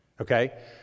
Okay